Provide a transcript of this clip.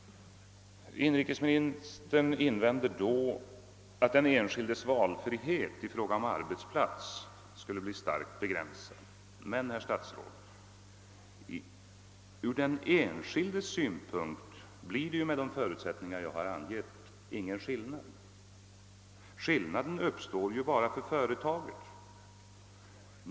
Inrikesministern invänder att den enskildes valfrihet i fråga om arbetsplats skulle bli starkt begränsad. Men, herr statsråd, ur den enskildes synpunkt blir det ju, med de förutsättningar jag har angivit, ingen skillnad. Skillnaden uppstår bara för 'öretagen.